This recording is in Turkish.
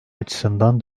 açısından